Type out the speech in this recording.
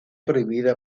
prohibida